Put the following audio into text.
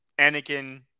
Anakin